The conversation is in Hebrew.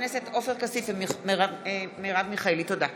תודה רבה.